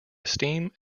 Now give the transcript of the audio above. esteem